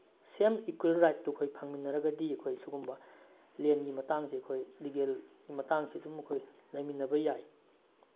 ꯁꯦꯝ ꯏꯀ꯭ꯋꯦꯜ ꯔꯥꯏꯠꯇꯨ ꯑꯩꯈꯣꯏꯒꯤ ꯐꯪꯃꯤꯟꯅꯒꯗꯤ ꯑꯩꯈꯣꯏ ꯁꯤꯒꯨꯝꯕ ꯂꯦꯟꯒꯤ ꯃꯇꯥꯡꯁꯤ ꯑꯩꯈꯣꯏ ꯂꯤꯒꯦꯜ ꯃꯇꯥꯡꯁꯤ ꯑꯗꯨꯝ ꯑꯩꯈꯣꯏ ꯂꯩꯃꯤꯟꯅꯕ ꯌꯥꯏ